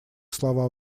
слова